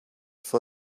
for